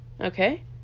Okay